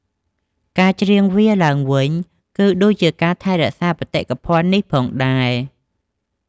ការច្រៀងវាឡើងវិញ គឺដូចជាការថែរក្សាបេតិកភណ្ឌនេះផងដែរ។